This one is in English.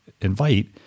invite